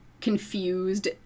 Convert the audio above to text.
confused